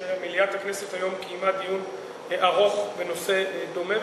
משום שמליאת הכנסת קיימה היום דיון ארוך בנושא דומה.